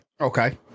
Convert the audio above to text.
Okay